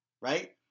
right